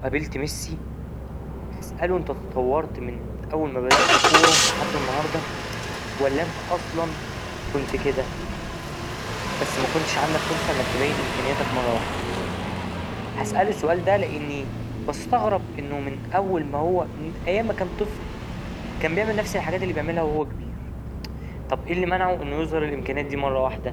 لو قابلت ميسي هسأله انت تتطورت من أول ما بدأت كورة لحد النهاردة ولا أنت أصلا كنت كده بس مكنتش عندك فرصة أنك تبين إمكانياتك مرة واحدة، هسأله السؤال ده لأني بستغرب انه من أول ما هو من أيام ما كان طفل كان بيعمل نفس الحاجات اللي بيعملها وهو كبير، طب ايه اللي منعه انه يظهر الامكانيات دي مرة واحدة؟